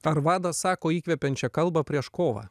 ar vadas sako įkvepiančią kalbą prieš kovą